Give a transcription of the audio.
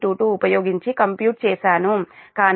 22 ఉపయోగించి కంప్యూట్ చేశాను కానీ సరైనది 1